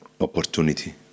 opportunity